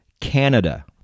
Canada